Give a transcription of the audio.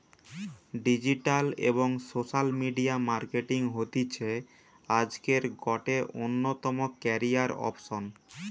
digital এবং social media marketing হতিছে আজকের গটে অন্যতম ক্যারিয়ার অপসন